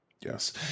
Yes